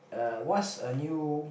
uh what's a new